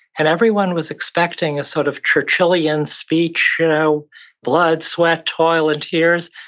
and everyone was expecting a sort of churchillian speech, you know blood, sweat, toil, and tears.